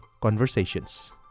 conversations